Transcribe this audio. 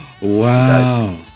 Wow